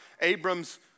Abram's